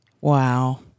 Wow